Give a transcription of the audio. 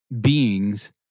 beings